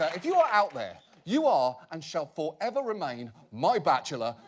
if you are out there you are and shall forever remain my bachelor,